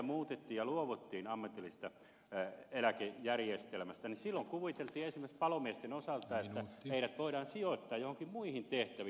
silloin kun tätä lakia muutettiin ja luovuttiin ammatillisesta eläkejärjestelmästä kuviteltiin esimerkiksi palomiesten osalta että heidät voidaan sijoittaa joihinkin muihin tehtäviin